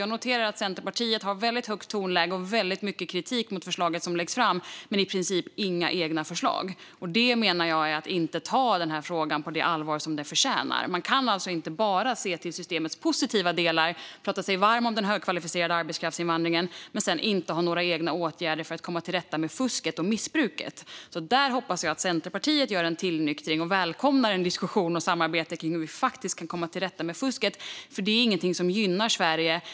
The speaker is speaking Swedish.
Jag noterar att Centerpartiet har ett väldigt högt tonläge och väldigt mycket kritik mot det förslag som läggs fram men i princip inga egna förslag. Då menar jag att man inte tar denna fråga på det allvar som den förtjänar. Man kan alltså inte bara se till systemets positiva delar och prata sig varm om invandringen av den högkvalificerade arbetskraften och sedan inte ha några egna förslag på åtgärder för att komma till rätta med fusket och missbruket. Där hoppas jag att det sker en tillnyktring hos Centerpartiet, och jag hoppas att man välkomnar en diskussion och ett samarbete kring hur vi faktiskt kan komma till rätta med fusket. Fusket är inget som gynnar Sverige.